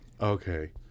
Okay